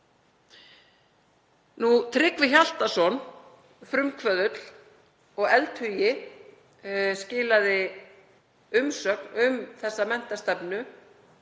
Tryggvi Hjaltason, frumkvöðull og eldhugi, skilaði umsögn um menntastefnu